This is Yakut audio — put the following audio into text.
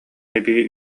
эбии